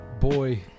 boy